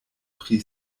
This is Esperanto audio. pri